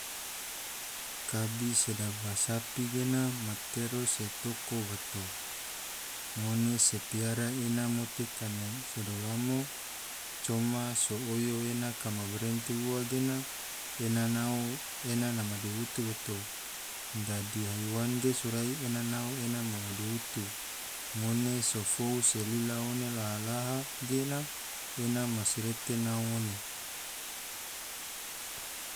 Kabi sedaba sapi gena matero se toko bato ngone se piara ena mote kene sado lamo coma so oyo kama barenti ua gena ena nau ena na madihutu bato, dadi haiwan ge sorai mena nau ena na madihutu ngone so fu so lila laha-laha gena ena masirete nau ngone.